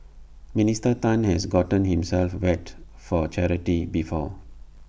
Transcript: Minister Tan has gotten himself wet for charity before